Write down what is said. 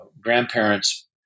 grandparents